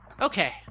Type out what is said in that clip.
Okay